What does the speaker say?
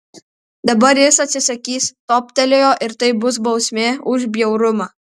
dabar jis atsisakys toptelėjo ir tai bus bausmė už bjaurumą